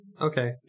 okay